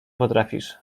potrafisz